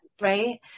right